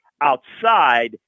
Outside